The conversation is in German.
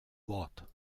wort